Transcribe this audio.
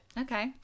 Okay